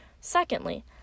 Secondly